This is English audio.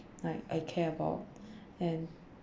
like I care about and